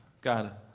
God